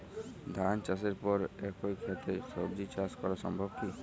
ধান চাষের পর একই ক্ষেতে সবজি চাষ করা সম্ভব কি?